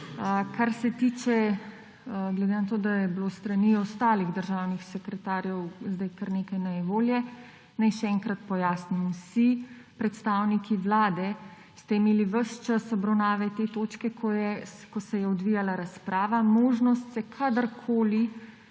obravnavamo. Glede na to, da je bilo s strani ostalih državni sekretarjev sedaj kar nekaj nejevolje, naj še enkrat pojasnim. Vsi predstavniki Vlade ste imeli ves čas obravnave te točke, ko se je odvijala razprava, možnost se kadarkoli